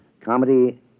Comedy